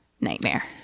nightmare